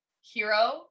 hero